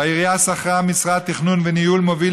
והעירייה שכרה משרד תכנון וניהול מוביל